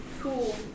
Cool